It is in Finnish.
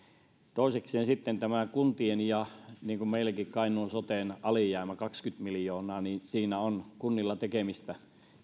toisekseen sitten tämä kuntien alijäämä ja niin kuin meilläkin kainuun soten alijäämä kaksikymmentä miljoonaa siinä on kunnilla tekemistä